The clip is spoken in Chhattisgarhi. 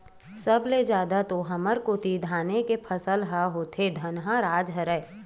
सब ले जादा तो हमर कोती धाने के फसल ह होथे धनहा राज हरय